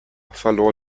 verlor